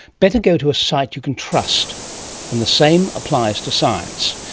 better go to a site you can trust and the same applies to science.